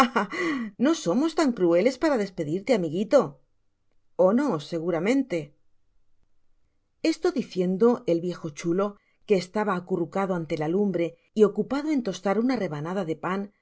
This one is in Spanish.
no somos tan crueles para despedirte amigui o ó no seguramente esto diciendo el viejo chulo que estaba acurrucado ante la lumbre y ocupado en tostar una rebanada de pan se